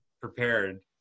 prepared